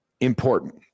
important